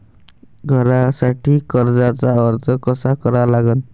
घरासाठी कर्जाचा अर्ज कसा करा लागन?